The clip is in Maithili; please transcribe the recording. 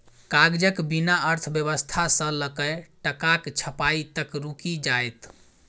कागजक बिना अर्थव्यवस्था सँ लकए टकाक छपाई तक रुकि जाएत